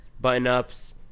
button-ups